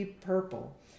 purple